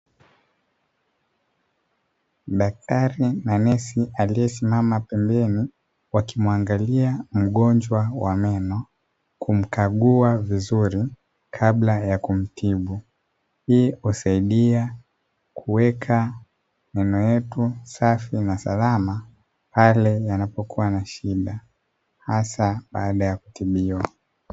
Daktari na nesi aliyesimama pembeni wakimwangalia mgonjwa wa meno kumkagua vizuri kabla ya kumtibu; hii husaidia kuweka meno yetu safi na salama pale yanapokuwa na shida hasa baada ya kutibiwa.